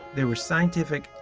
there were scientific,